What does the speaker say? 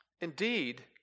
Indeed